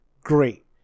Great